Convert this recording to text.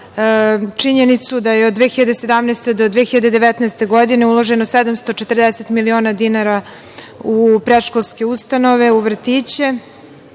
činjenicu da je od 2017. do 2019. godine uloženo 740 miliona dinara u predškolske ustanove, u vrtiće,